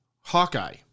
Hawkeye